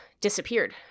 disappeared